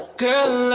Girl